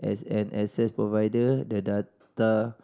as an access provider the data